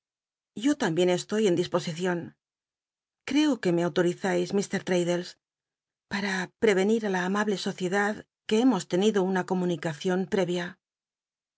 i'licawbe yo tambien estoy en disposicion creo que me aulorizai m fmcldles para prereoir í la amable sociedad que hemos tenido nna comunicaciun préria